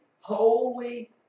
holy